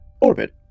orbit